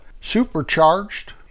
supercharged